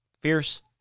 Fierce